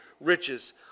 riches